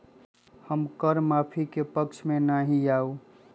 हम कर माफी के पक्ष में ना ही याउ